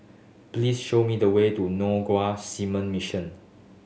please show me the way to Seamen Mission